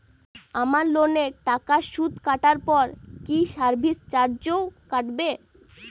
আমার লোনের টাকার সুদ কাটারপর কি সার্ভিস চার্জও কাটবে?